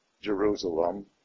Jerusalem